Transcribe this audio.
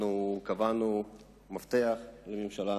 אנחנו קבענו מפתח לממשלה,